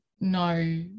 no